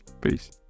Peace